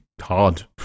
hard